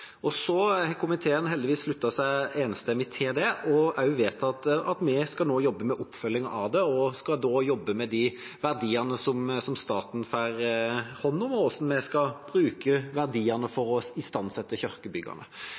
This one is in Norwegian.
Så har komiteen heldigvis sluttet seg enstemmig til det og også vedtatt at vi nå skal jobbe med oppfølging av det, og at vi da skal jobbe med de verdiene som staten får hånd om, og med hvordan vi skal bruke verdiene for å istandsette